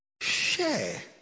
Share